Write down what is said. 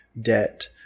debt